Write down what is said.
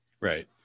Right